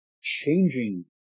changing